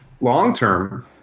long-term